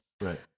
Right